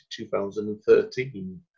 2013